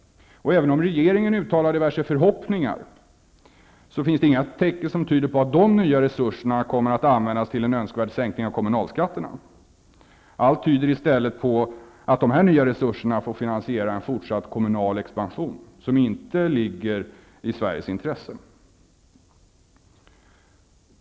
Även om regeringen uttalar diverse förhoppningar finns det inga tecken som tyder på att de nya resurserna kommer att användas till en önskvärd sänkning av kommunalskatterna. Allt tyder i stället på att de nya resurserna får finansiera en fortsatt kommunal expansion, som inte ligger i Sveriges intresse.